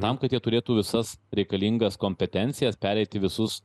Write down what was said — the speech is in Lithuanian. tam kad jie turėtų visas reikalingas kompetencijas pereiti visus